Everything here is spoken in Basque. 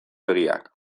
begiak